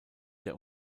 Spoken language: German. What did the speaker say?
der